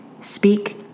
speak